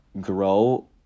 grow